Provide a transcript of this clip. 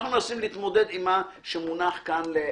אנחנו מנסים להתמודד עם מה שמונח כאן לפתחנו.